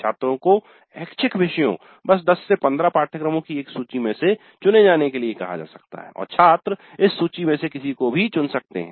छात्रों को ऐच्छिक विषयों बस दस से पंद्रह पाठ्यक्रमों की एक सूची में से चुने जाने के लिए कहा जा सकता है और छात्र इस सूची में से किसी को भी चुन सकते हैं